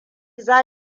za